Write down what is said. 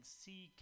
see